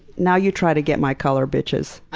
now you try to get my color, bitches.